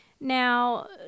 Now